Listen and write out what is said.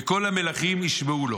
וכל המלכים ישמעו לו.